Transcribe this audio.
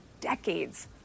decades